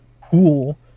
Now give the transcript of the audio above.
Cool